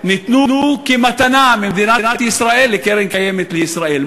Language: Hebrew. ניתנו כמתנה ממדינת ישראל לקרן קיימת לישראל,